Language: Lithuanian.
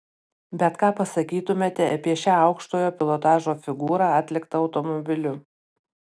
bet ką pasakytumėte apie šią aukštojo pilotažo figūrą atliktą automobiliu